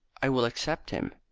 i will accept him.